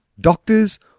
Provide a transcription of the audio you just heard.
doctors